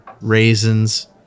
raisins